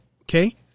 Okay